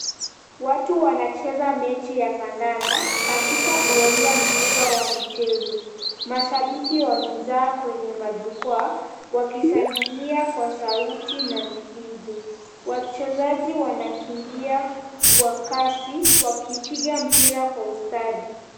Watu wanacheza mechi ya kandanda katika uwanja mkubwa wa michezo. Mashabiki wamejaa kwenye majukwaa wakishangilia kwa sauti na vifijo. Wachezaji wanakimbia kwa kasi wakipiga mpira kwa ustadi.